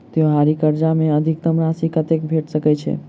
त्योहारी कर्जा मे अधिकतम राशि कत्ते भेट सकय छई?